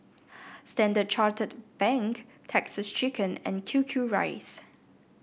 Standard Chartered Bank Texas Chicken and Q Q rice